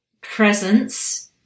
presence